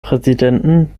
präsidenten